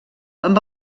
amb